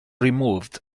removed